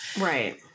Right